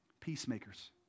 peacemakers